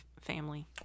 family